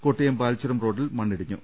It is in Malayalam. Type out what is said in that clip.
കൊട്ടിയം പാൽചുരം റോഡിൽ മണ്ണിടിഞ്ഞു